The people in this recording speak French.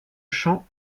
chant